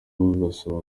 burasaba